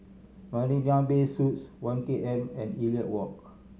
Marina Bay Suites One K M and Elliot Walk